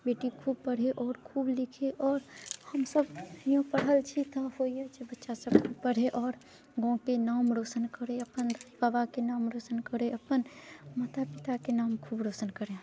बेटी खूब पढ़े आओर खूब लिखै आओर हमसब नहियो पढ़ल छी तऽ होइए जे बच्चा सब पढ़ै आओर गाँवके नाम रौशन करै अपन बाबाके नाम रौशन करै अपन माता पिताके नाम खूब रौशन करै